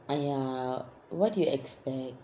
!aiya! what do you expect